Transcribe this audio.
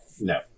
No